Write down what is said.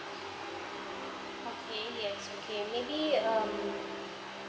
okay yes okay maybe um